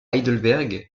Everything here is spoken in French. heidelberg